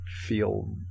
feel